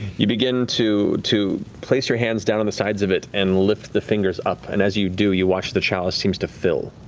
you begin to place place your hands down on the sides of it and lift the fingers up, and as you do, you watch the chalice seems to fill.